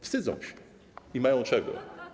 Wstydzą się i mają czego.